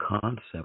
concept